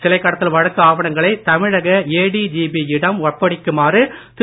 சிலை கடத்தல் வழக்கு ஆவணங்களை தமிழக ஏடிஜிபி யிடம் ஒப்படைக்குமாறு திரு